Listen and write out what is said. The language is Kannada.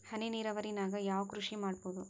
ಹನಿ ನೇರಾವರಿ ನಾಗ್ ಯಾವ್ ಕೃಷಿ ಮಾಡ್ಬೋದು?